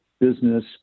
business